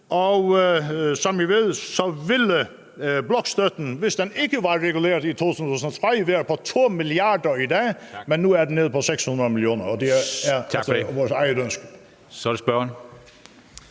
Og som I ved, ville bloktilskuddet, hvis det ikke var blevet reguleret i 2003, være på 2 mia. kr. i dag. Men nu er det nede på 600 mio. kr., og det er vores eget ønske.